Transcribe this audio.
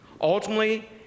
Ultimately